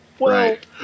Right